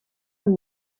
amb